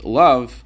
love